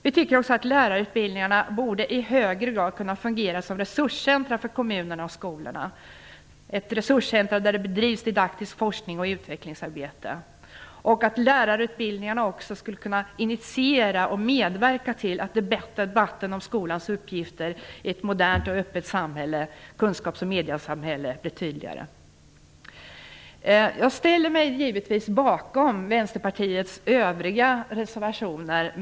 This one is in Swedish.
Vi tycker också att lärarutbildningarna i högre grad borde fungera som resurscentrum för kommunerna och skolorna - ett resurscentrum där det bedrivs ett aktivt forsknings och utvecklingsarbete. Lärarutbildningarna skulle också kunna initiera och medverka till att debatten om skolans uppgifter i ett modernt och öppet kunskaps och mediasamhälle blir tydligare. Jag ställer mig givetvis bakom Vänsterpartiets övriga reservationer.